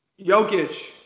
Jokic